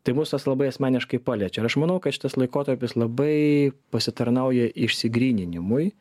tai mus tas labai asmeniškai paliečia ir aš manau kad šitas laikotarpis labai pasitarnauja išsigryninimui